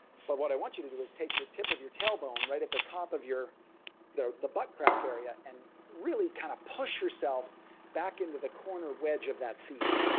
so what i want you to do is take your tip of your tailbone, right at the top of the the butt crack area, and really kind of push yourself back into the corner wedge of that seat.